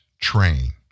train